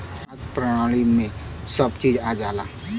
खाद्य प्रणाली में सब चीज आ जाला